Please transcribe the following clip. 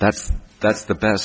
that's that's the best